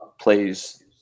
plays